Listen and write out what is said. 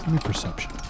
Perception